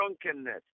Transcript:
drunkenness